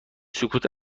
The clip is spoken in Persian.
سکوت